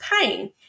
pain